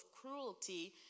cruelty